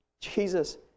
Jesus